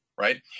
right